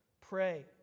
pray